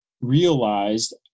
realized